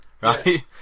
right